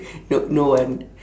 no no one